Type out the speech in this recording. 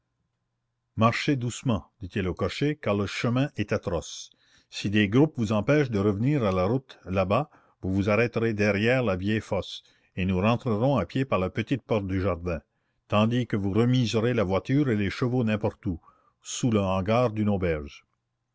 marchez doucement dit-il au cocher car le chemin est atroce si des groupes vous empêchent de revenir à la route là-bas vous vous arrêterez derrière la vieille fosse et nous rentrerons à pied par la petite porte du jardin tandis que vous remiserez la voiture et les chevaux n'importe où sous le hangar d'une auberge